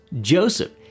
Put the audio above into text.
Joseph